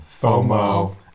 FOMO